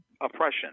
oppression